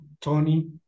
Tony